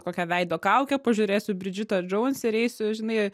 kokią veido kaukę pažiūrėsiu bridžitą džouns ir eisiu žinai